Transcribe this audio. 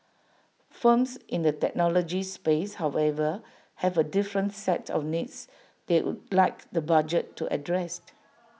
firms in the technology space however have A different set of needs they would like the budget to address